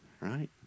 right